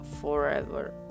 forever